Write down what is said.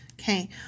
Okay